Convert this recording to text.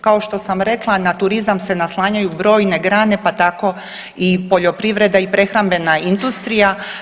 Kao što sam rekla na turizam se naslanjaju brojne grane pa tako i poljoprivreda i prehrambena industrija.